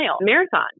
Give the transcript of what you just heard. marathon